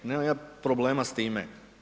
Nemam ja problema s time.